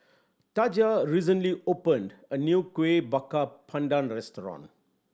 Taja recently opened a new Kuih Bakar Pandan restaurant